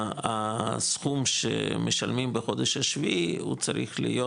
הסכום שמשלמים בחודש השביעי הוא צריך להיות,